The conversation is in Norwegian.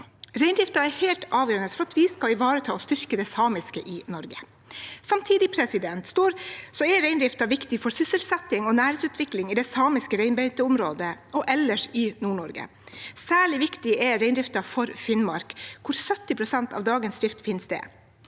Reindriften er helt avgjørende for at vi skal ivareta og styrke det samiske i Norge. Samtidig er reindriften viktig for sysselsetting og næringsutvikling i det samiske reinbeiteområdet og ellers i Nord-Norge. Særlig viktig er reindriften for Finnmark, hvor 70 pst. av dagens drift finner sted.